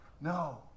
No